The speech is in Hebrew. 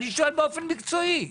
אני שואל באופן מקצועי.